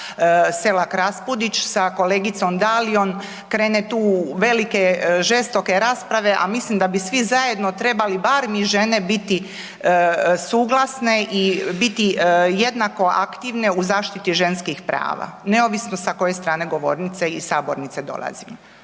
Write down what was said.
Selak Raspudić sa kolegicom Dalijom krene tu u velike žestoke rasprave, a mislim da bi svi zajedno trebali bar mi žene biti suglasne i biti jednako aktivne u zaštiti ženskih prava neovisno sa koje strane govornice i sabornice dolazimo.